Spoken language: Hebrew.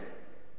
תודה רבה, אדוני.